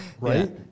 Right